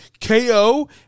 KO